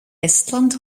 estland